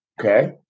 Okay